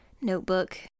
notebook